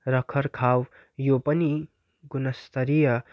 रख रखाव यो पनि गुणस्तरीय